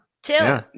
Two